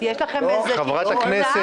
יש לכם איזו הודעה?